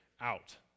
out